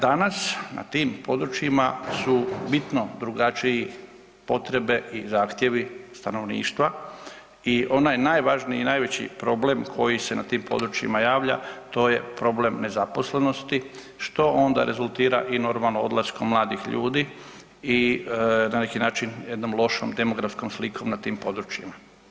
Danas na tim područjima su bitno drugačiji potrebe i zahtjevi stanovništva i onaj najvažniji i najveći problem koji se na tim područjima javlja to je problem nezaposlenosti što onda rezultira i normalno odlaskom mladih ljudi i na neki način jednom lošom demografskom slikom na tim područjima.